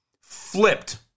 flipped